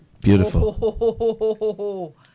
Beautiful